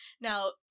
Now